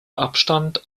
abstand